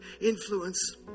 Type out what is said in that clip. influence